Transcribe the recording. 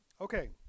Okay